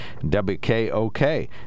WKOK